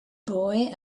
boy